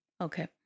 Okay